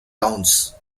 towns